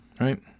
right